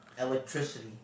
electricity